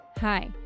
Hi